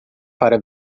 para